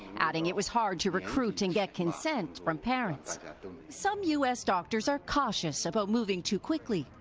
adding it was hard to recruit and get consent from parents. some u s. doctors are cautious about moving too quickly.